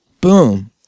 boom